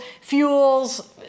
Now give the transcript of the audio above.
fuels